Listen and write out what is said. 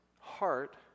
heart